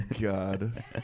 god